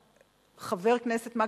חבר הכנסת מקלב,